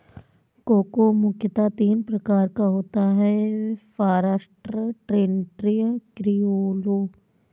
cocoa मुख्यतः तीन प्रकार का होता है फारास्टर, ट्रिनिटेरियो, क्रिओलो